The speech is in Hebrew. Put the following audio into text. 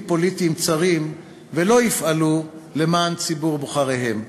פוליטיים צרים ולא יפעלו למען ציבור בוחריהם?